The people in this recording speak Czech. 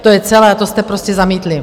To je celé a to jste prostě zamítli.